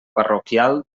parroquial